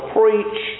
preach